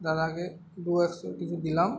দাদাকে দু একশো কিছু দিলাম